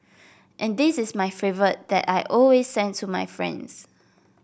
and this is my favourite that I always send to my friends